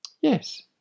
Yes